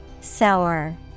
Sour